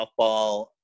softball